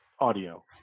audio